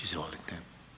Izvolite.